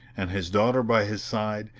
and his daughter by his side,